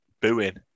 booing